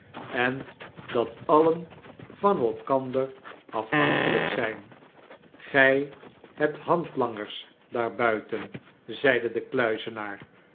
en dat alien van elkander afhankelyk zijn gij hebt handlangers daarbuiten zeide de kluizenaar